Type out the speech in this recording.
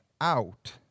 out